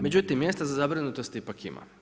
Međutim, mjesta za zabrinutost ipak ima.